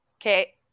okay